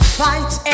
fight